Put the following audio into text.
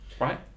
right